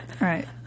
right